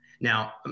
now